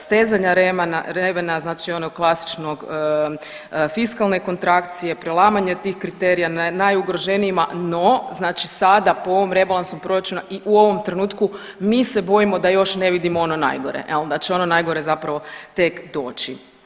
Stezanja remenja, znači onog klasičnog, fiskalne kontrakcije, prelamanje tih kriterija na najugroženijima, no znači sada po ovom rebalansu proračuna i u ovom trenutku, mi se bojimo da još ne vidimo ono najgore, je li, da će ono najgore zapravo tek doći.